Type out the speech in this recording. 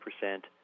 percent